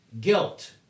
Guilt